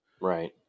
Right